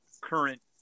current